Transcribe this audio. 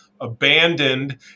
abandoned